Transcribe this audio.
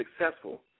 successful